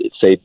say